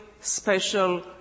special